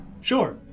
Sure